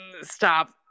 stop